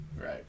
right